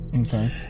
Okay